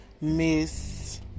Miss